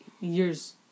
years